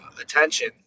attention